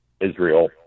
Israel